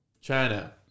China